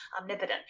omnipotent